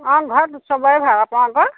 অঁ ঘৰত দুচবৰে ভাল আপোনালোকৰ